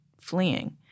fleeing